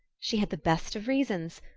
she had the best of reasons.